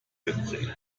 mitbringen